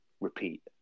repeat